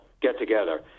get-together